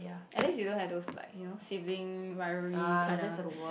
at least you don't have those like you know Siblings Rivalry kind of